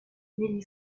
negli